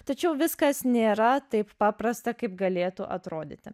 tačiau viskas nėra taip paprasta kaip galėtų atrodyti